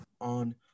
on